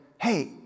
hey